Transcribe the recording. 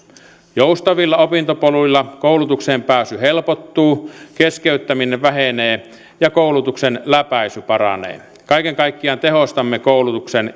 joustavilla opintopoluilla koulutukseen pääsy helpottuu keskeyttäminen vähenee ja koulutuksen läpäisy paranee kaiken kaikkiaan tehostamme koulutuksen